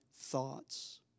thoughts